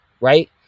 right